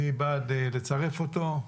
מי בעד לצרף אותו?